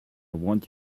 want